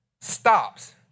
stops